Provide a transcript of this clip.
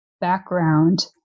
background